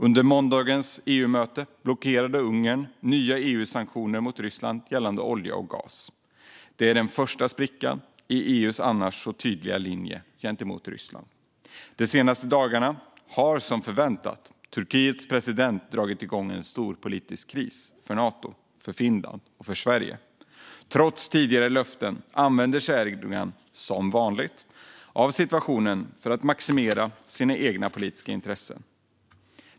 Under måndagens EU-möte blockerade Ungern nya EU-sanktioner mot Ryssland gällande olja och gas. Det är den första sprickan i EU:s annars så tydliga linje gentemot Ryssland. De senaste dagarna har, som förväntat, Turkiets president dragit igång en storpolitisk kris för Nato, Finland och Sverige. Trots tidigare löften använder sig Erdogan, som vanligt, av situationen för att maximera sina egna politiska intressen.